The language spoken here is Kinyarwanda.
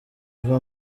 ava